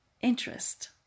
interest